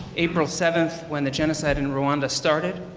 april seventh, when the genocide in rowanda started.